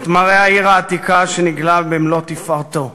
את מראה העיר העתיקה שנגלה במלוא תפארתו,